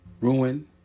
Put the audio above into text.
ruin